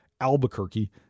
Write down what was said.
Albuquerque